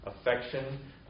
affection